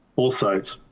all sides.